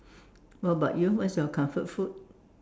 what about you what is your comfort food